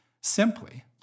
simply